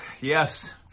Yes